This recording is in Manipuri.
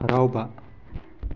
ꯍꯔꯥꯎꯕ